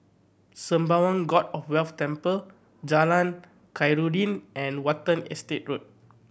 Sembawang God of Wealth Temple Jalan Khairuddin and Watten Estate Road